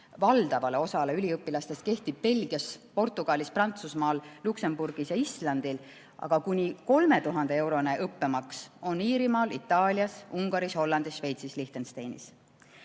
valdavale osale üliõpilastest kehtib Belgias, Portugalis, Prantsusmaal, Luksemburgis ja Islandil, kuni 3000‑eurone õppemaks on Iirimaal, Itaalias, Ungaris, Hollandis, Šveitsis ja Liechtensteinis.